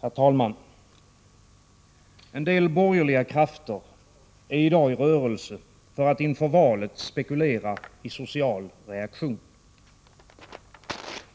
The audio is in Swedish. Herr talman! Vissa borgerliga krafter är i dag i rörelse för att inför valet spekulera i social reaktion.